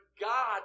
God